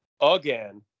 again